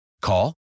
Call